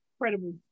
Incredible